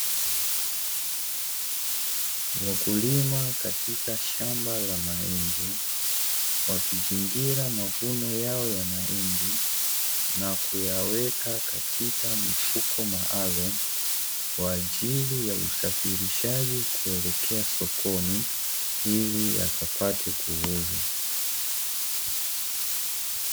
Wakulima katika shamba la mahindi wakizingira mavuno yao ya mahindi na kuyaweka katika mifuko maalumu, kwa ajili ya usafirishaji kuelekea sokoni ili yakapate kuuzwa.